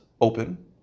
open